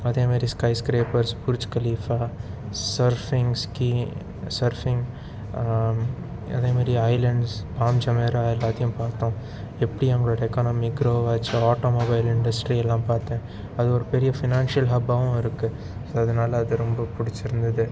அதே மாரி skyscrapers Burj Khalifa surfing ski surfing அதே மாரி ஐலேண்ட்ஸ் பாம் ஜமேரா எல்லாத்தையும் பார்த்தோம் எப்படி அவங்களோட எக்கனாமிக் கிரோவாச்சி ஆட்டோமொபைல் இண்டஸ்ட்ரி எல்லாம் பார்த்தேன் அது ஒரு பெரிய ஃபினான்ஷியல் ஹப்பாகவும் இருக்குது ஸோ அதனால அது ரொம்ப பிடிச்சி இருந்தது